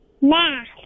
Math